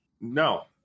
no